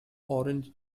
orange